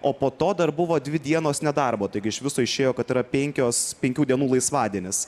o po to dar buvo dvi dienos nedarbo taigi iš viso išėjo kad yra penkios penkių dienų laisvadienis